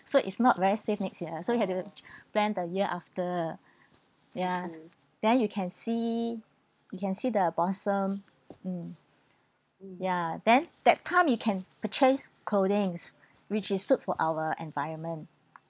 so it's not very safe next year so you have to plan the year after ya then you can see you can see the blossom mm yeah then that time you can purchase clothings which is suit for our environment